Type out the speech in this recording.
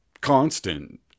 constant